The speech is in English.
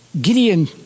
Gideon